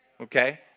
okay